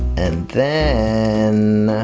and then.